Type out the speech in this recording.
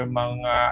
mga